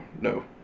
No